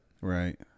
Right